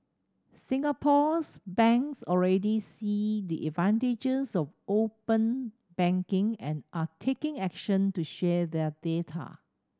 Singapore's banks already see the advantages of open banking and are taking action to share their data